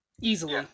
Easily